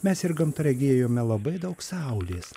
mes ir gamta regėjome labai daug saulės